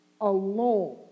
alone